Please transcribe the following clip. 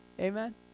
Amen